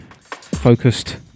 focused